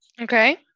Okay